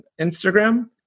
Instagram